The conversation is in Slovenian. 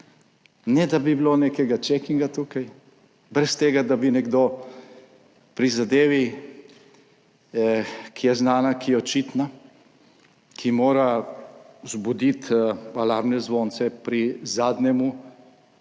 ne da bi bilo nekega checkihnga tukaj, brez tega, da bi nekdo pri zadevi, ki je znana, ki je očitna, ki mora vzbuditi alarmne zvonce pri zadnjemu